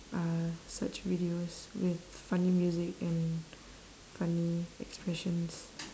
uh such videos with funny music and funny expressions